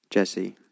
Jesse